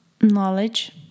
knowledge